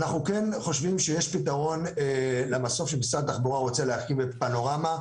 אנחנו כן חושבים שיש פתרון למסוף שמשרד התחבורה רוצה להקים בפנורמה,